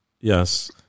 Yes